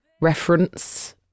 reference